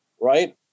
right